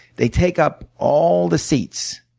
they take up all the seats.